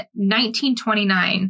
1929